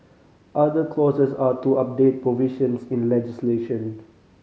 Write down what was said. other clauses are to update provisions in legislation